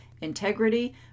integrity